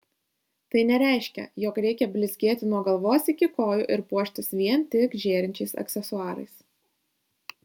tai nereiškia jog reikia blizgėti nuo galvos iki kojų ir puoštis vien tik žėrinčiais aksesuarais